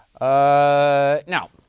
Now